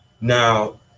Now